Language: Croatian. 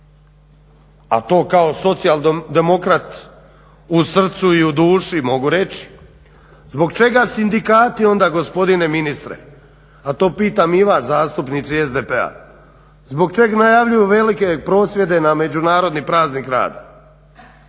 a to kao socijaldemokrat u srcu i u duši mogu reći, zbog čega sindikati onda gospodine ministre? A to pitam i vas zastupnici SDP-a. Zbog čeg najavljuju velike prosvjede na Međunarodni praznik rada?